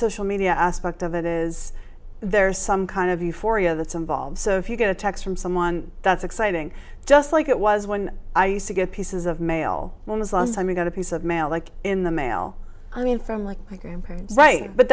social media aspect of it is there's some kind of euphoria that's involved so if you get a text from someone that's exciting just like it was when i used to get pieces of mail when as last time i got a piece of mail like in the mail i mean from like my grandparents right but